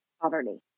poverty